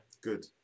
Good